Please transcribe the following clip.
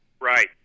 right